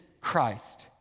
Christ